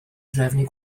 drefnu